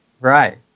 Right